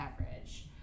average